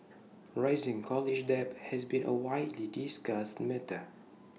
rising college debt has been A widely discussed matter